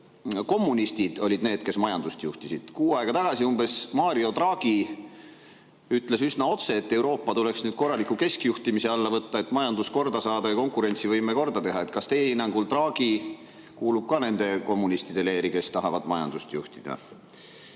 et kommunistid olid need, kes majandust juhtisid. Umbes kuu aega tagasi ütles Mario Draghi üsna otse, et Euroopa tuleks korraliku keskjuhtimise alla võtta, et majandus korda saada ja konkurentsivõime korda teha. Kas teie hinnangul Draghi kuulub ka nende kommunistide leeri, kes tahavad majandust juhtida?